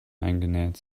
eingenäht